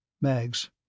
Mags